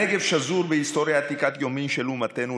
הנגב שזור בהיסטוריה עתיקת יומין של אומתנו.